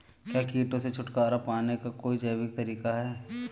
क्या कीटों से छुटकारा पाने का कोई जैविक तरीका है?